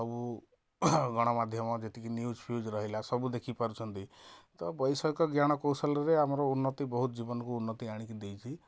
ସବୁ ଗଣମାଧ୍ୟମ ଯେତିକି ନ୍ୟୁଜ୍ ଫ୍ୟୁଜ୍ ରହିଲା ସବୁ ଦେଖିପାରୁଛନ୍ତି ତ ବୈଷୟିକ ଜ୍ଞାନ କୌଶଳରେ ଆମର ଉନ୍ନତି ବହୁତ ଜୀବନକୁ ଉନ୍ନତି ଆଣିକି ଦେଇଛି